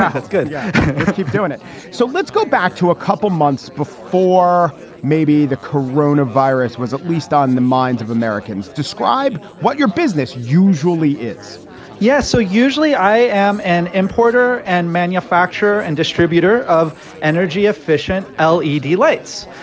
ah that's good. yeah keep doing it so let's go back to a couple months before maybe the corona virus was at least on the minds of americans. describe what your business usually is yes. so usually i am an importer and manufacturer and distributor of energy efficient lcd lights.